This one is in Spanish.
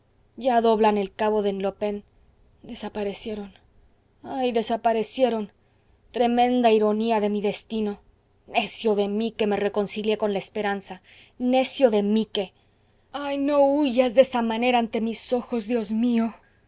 ya doblan el cabo de henlopen desaparecieron ay desaparecieron tremenda ironía de mi destino necio de mi que me reconcilié con la esperanza necio de mí que ah no huyas de esa manera ante mis ojos dios mió